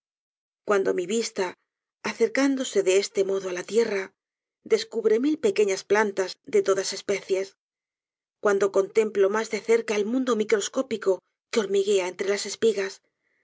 cuando mi vista acercándose de este modo á la tierra descubre mil pequeñas plantas de todas especies cuando contemplo mas de cerca el mundo microscópico que hormiguea entre las espigas